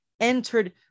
entered